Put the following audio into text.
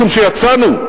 משום שיצאנו,